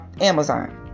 Amazon